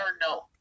no